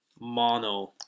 Mono